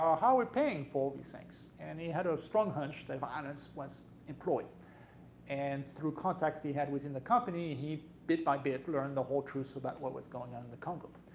are we ah paying for these things? and he had a strong hunch that violence was employed and through contacts he had within the company he bit by bit learned the whole truth about what was going on in the congo.